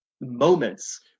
moments